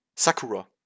Sakura